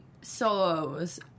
solos